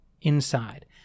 inside